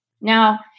Now